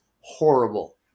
horrible